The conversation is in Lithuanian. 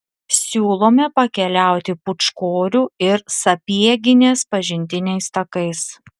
siūlome pakeliauti pūčkorių ir sapieginės pažintiniais takais